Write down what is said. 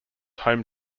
home